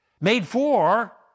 Made-for